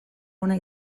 ona